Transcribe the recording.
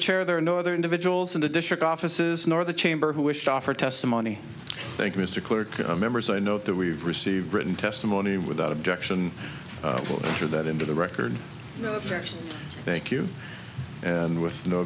chair there are no other individuals in the district offices nor the chamber who wish to offer testimony thank mr clerk members i know that we've received written testimony without objection or that into the record thank you and with no